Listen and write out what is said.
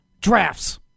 Drafts